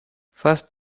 first